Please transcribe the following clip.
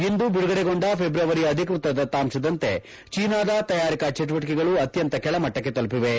ಇಂದು ಬಿಡುಗಡೆಗೊಂಡ ಫೆಬ್ರವರಿಯ ಅಧಿಕೃತ ದತ್ತಾಂಶದಂತೆ ಚೀನಾದ ತಯಾರಿಕಾ ಚಟುವಟಿಕೆಗಳು ಅತ್ಯಂತ ಕೆಳಮಟ್ಟಕ್ಕೆ ತಲುಪಿವೆ